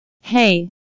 Hey